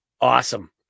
Awesome